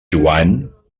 joan